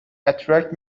attract